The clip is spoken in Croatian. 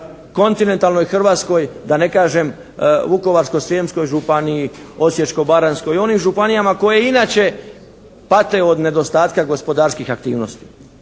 kontinentalnoj Hrvatskoj da ne kažem Vukovarsko-srijemskoj županiji, Osječko-baranjskoj i onim županijama koje inače pate od nedostatka gospodarskih aktivnosti.